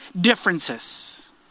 differences